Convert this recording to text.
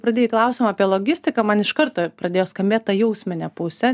pradėjai klausimą apie logistiką man iš karto pradėjo skambėt ta jausminė pusė